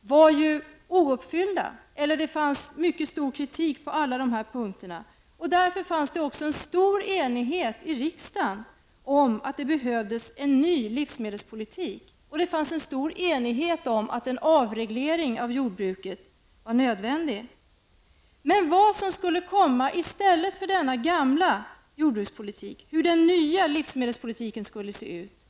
var ju ouppfyllda. Det fanns mycket kraftig kritik på alla dessa punkter. Det fanns därför i riksdagen en stor enighet om att det behövdes en ny livsmedelspolitik. Det fanns en stor enighet om att en avreglering av jordbruket var nödvändig. Men enigheten var faktiskt inte alls särskilt stor om vad som skulle komma i stället för denna gamla jordbrukspolitik och om hur den nya livsmedelspolitiken skulle se ut.